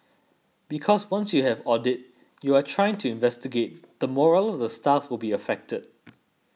because once you have audit you are trying to investigate the morale of the staff will be affected